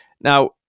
Now